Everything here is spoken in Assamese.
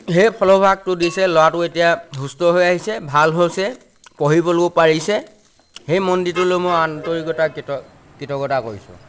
সেই ফলভাগটো দিছে ল'ৰাটো এতিয়া সুস্থ হৈ আহিছে ভাল হৈছে পঢ়িবলৈও পাৰিছে সেই মন্দিৰটোলৈ মই আন্তৰিকতা কৃতজ্ঞতা কৰিছোঁ